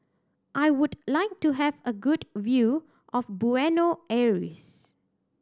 I would like to have a good view of Buenos Aires